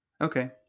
Okay